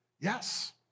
Yes